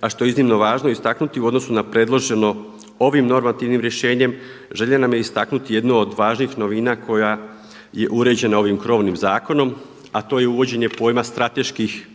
a što je iznimno važno istaknuti u odnosu na predloženo ovim normativnim rješenjem želja nam je istaknuti jednu od važnih novina koja je uređena ovim krovnim zakonom, a to je uvođenje pojma strateških